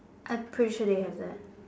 I'm pretty sure they have that